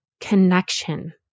connection